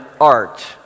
art